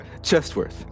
Chestworth